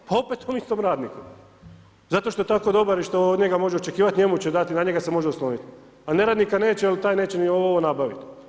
Pa opet tom istom radniku, zato što je tako dobar i što od njega može očekivati, njemu će dati, na njega se može osloniti, ali neradnika neće jer taj neće ni ovo nabaviti.